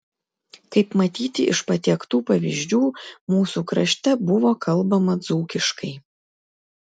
kaip matyti iš patiektų pavyzdžių mūsų krašte buvo kalbama dzūkiškai